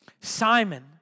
Simon